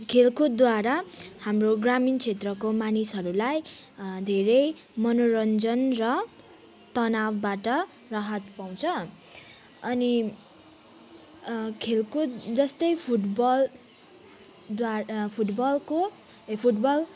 खेलकुदद्वारा हाम्रो ग्रामीण क्षेत्रको मानिसहरूलाई धेरै मनोरञ्जन र तनावबाट राहात पाउँछ अनि खेलकुद जस्तै फुटबलद्वा फुटबलको ए फुटबल